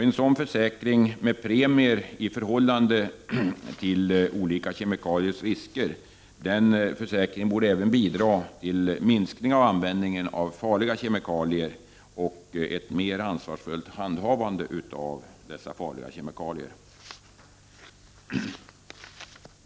En sådan försäkring med premier i förhållande till olika kemikaliers risker borde även bidra till en minskning av användningen av farliga kemikalier och ett mer ansvarsfullt handhavande av dessa farliga kemikalier.